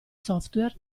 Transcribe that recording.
software